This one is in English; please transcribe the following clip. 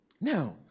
Now